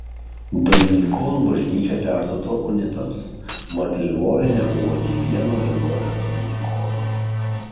dominikonų bažnyčia perduota unitams mat lvove nebuvo nei vieno vienuolio dominikono